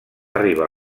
arriba